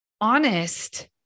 honest